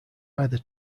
either